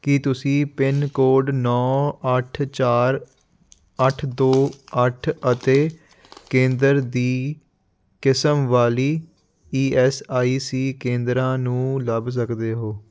ਕੀ ਤੁਸੀਂ pin code ਨੌਂ ਅੱਠ ਚਾਰ ਅੱਠ ਦੋ ਅੱਠ ਅਤੇ ਕੇਂਦਰ ਦੀ ਕਿਸਮ ਵਾਲੀ ਈ ਐੱਸ ਆਈ ਸੀ ਕੇਂਦਰਾਂ ਨੂੰ ਲੱਭ ਸਕਦੇ ਹੋ